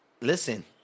listen